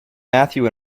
matthew